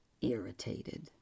irritated